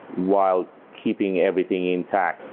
while keeping everything intact.